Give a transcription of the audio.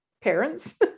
parents